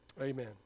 Amen